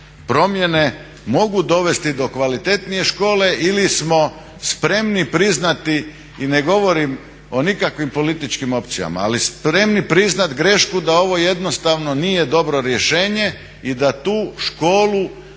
promjene mogu dovesti do kvalitetnije škole ili smo spremni priznati i ne govorim o nikakvim političkim opcijama, ali spremni priznat grešku da ovo jednostavno nije dobro rješenje i da tu školu